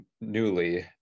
newly